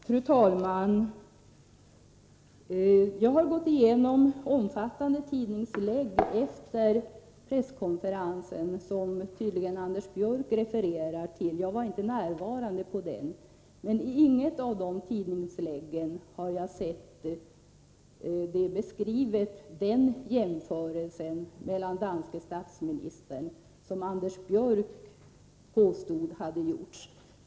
Fru talman! Jag har gått igenom omfattande tidningslägg efter presskonferensen, som Anders Björck tydligen refererar till. Jag var själv inte närvarande. I inget av tidningsläggen har jag sett den jämförelse gällande den danske statsministern som Anders Björck påstod hade gjorts.